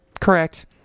correct